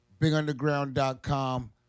Bigunderground.com